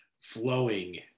flowing